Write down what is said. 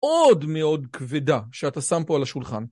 עוד מאוד כבדה שאתה שם פה על השולחן.